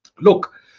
Look